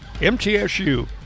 MTSU